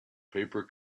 paper